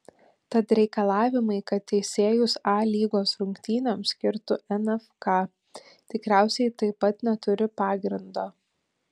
tad reikalavimai kad teisėjus a lygos rungtynėms skirtų nfka tikriausiai taip pat neturi pagrindo